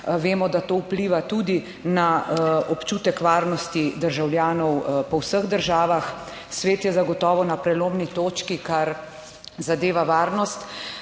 Vemo, da to vpliva tudi na občutek varnosti državljanov po vseh državah. Svet je zagotovo na prelomni točki, kar zadeva varnost